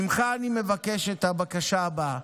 ממך אני מבקש את הבקשה הבאה: